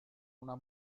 una